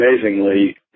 amazingly